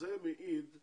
זה מעיד על